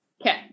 okay